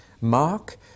Mark